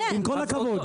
עם כל הכבוד.